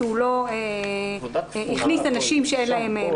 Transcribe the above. שהוא לא יכניס אנשים שאין להם מסכה,